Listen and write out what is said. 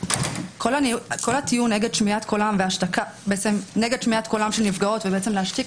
כל הטיעון נגד שמיעת קולן של נפגעות ובעצם להשתיק